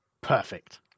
Perfect